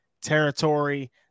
territory